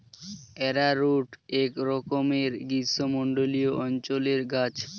arrowroot একরকমের গ্রীষ্মমণ্ডলীয় অঞ্চলের গাছ